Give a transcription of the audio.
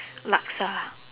laksa